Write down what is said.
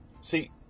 See